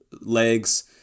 legs